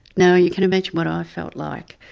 now you can imagine what i felt like,